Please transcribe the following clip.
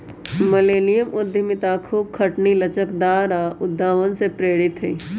millennium उद्यमिता खूब खटनी, लचकदार आऽ उद्भावन से प्रेरित हइ